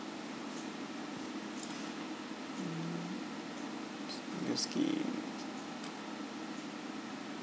mm single scheme